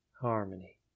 harmony